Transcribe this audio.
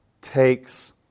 takes